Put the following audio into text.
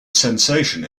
sensation